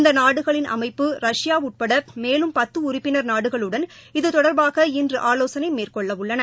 இந்த நாடுகளின் அமைப்பு ரஷ்யா உட்பட மேலும் பத்து உறுப்பினர் நாடுகளுடன் இது தொடர்பாக இன்று ஆலோசனை மேற்கொள்ளவுள்ளன